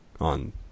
on